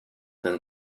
than